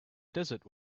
desert